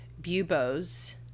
buboes